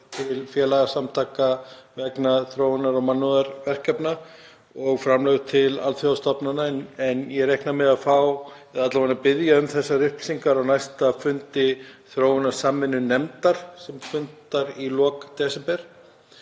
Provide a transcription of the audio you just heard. til félagasamtaka vegna þróunar- og mannúðarverkefna og framlög til alþjóðastofnana. Ég reikna með að fá eða alla vega mun ég biðja um þessar upplýsingar á næsta fundi þróunarsamvinnunefndar sem fundar í lok desember.